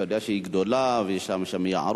אתה יודע שהיא גדולה, יש שם יערות.